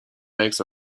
makes